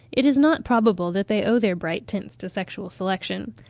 it is not probable that they owe their bright tints to sexual selection.